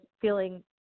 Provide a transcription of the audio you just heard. feeling